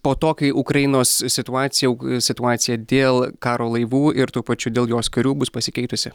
po to kai ukrainos situacija ir situacija dėl karo laivų ir tuo pačiu dėl jos karių bus pasikeitusi